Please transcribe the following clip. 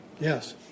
Yes